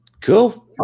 cool